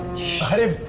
shot him